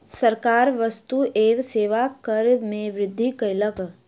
सरकार वस्तु एवं सेवा कर में वृद्धि कयलक